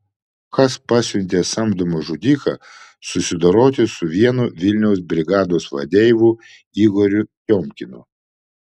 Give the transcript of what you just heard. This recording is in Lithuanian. kas pasiuntė samdomą žudiką susidoroti su vienu vilniaus brigados vadeivų igoriu tiomkinu